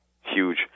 huge